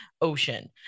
ocean